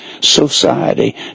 society